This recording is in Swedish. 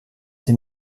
sin